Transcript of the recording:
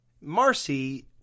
marcy